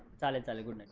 title and